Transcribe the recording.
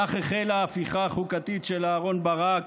כך החלה ההפיכה החוקתית של אהרן ברק,